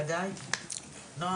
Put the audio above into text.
ודאי, נועם.